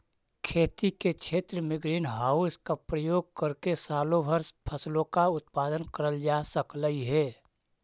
खेती के क्षेत्र में ग्रीन हाउस का प्रयोग करके सालों भर फसलों का उत्पादन करल जा सकलई हे